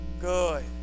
good